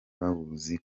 bawuzi